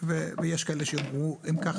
ויש כאלה שיאמרו: אם כך,